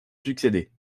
succéder